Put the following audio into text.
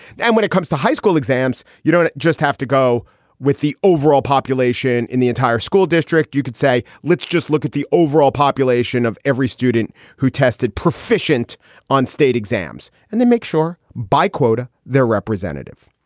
and when it comes to high school exams, you don't just have to go with the overall population in the entire school district. you could say, let's just look at the overall population of every student who tested proficient on state exams and then make sure by quota they're representative.